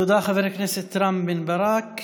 תודה, חבר הכנסת רם בן ברק.